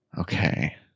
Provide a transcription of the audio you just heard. Okay